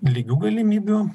lygių galimybių